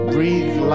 Breathe